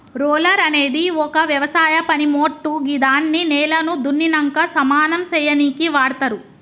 roller అనేది ఒక వ్యవసాయ పనిమోట్టు గిదాన్ని నేలను దున్నినంక సమానం సేయనీకి వాడ్తరు